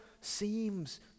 seems